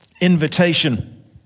invitation